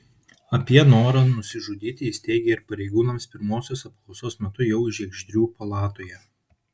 apie norą nusižudyti jis teigė ir pareigūnams pirmosios apklausos metu jau žiegždrių palatoje